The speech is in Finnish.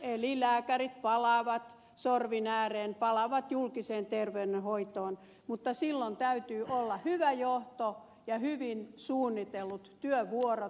eli lääkärit palaavat sorvin ääreen palaavat julkiseen terveydenhoitoon mutta silloin täytyy olla hyvä johto ja hyvin suunnitellut työvuorot